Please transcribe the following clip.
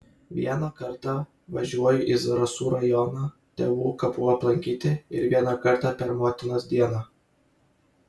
vieną kartą važiuoju į zarasų rajoną tėvų kapų aplankyti ir vieną kartą per motinos dieną